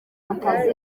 akazi